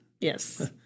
Yes